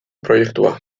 proiektua